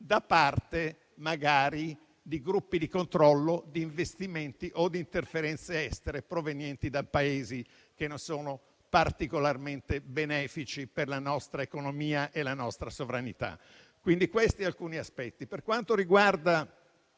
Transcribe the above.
da parte, magari, di gruppi di controllo di investimenti o di interferenze estere provenienti da Paesi che non sono particolarmente benefici per la nostra economia e la nostra sovranità. Quindi, questi sono alcuni aspetti. Per quanto riguarda